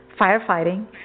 firefighting